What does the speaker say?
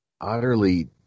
utterly